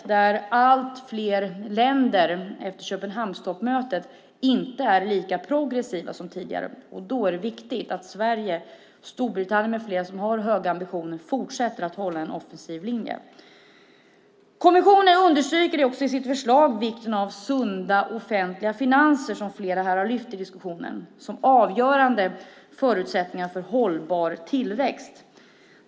Det är allt fler länder som efter Köpenhamnstoppmötet inte är lika progressiva som tidigare. Då är det viktigt att Sverige och Storbritannien med flera, som har höga ambitioner, fortsätter att hålla en offensiv linje. Kommissionen understryker i sitt förslag vikten av sunda offentliga finanser, som flera här har lyft fram i diskussionen. Det är avgörande förutsättningar för en hållbar tillväxt.